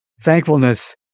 Thankfulness